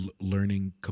learning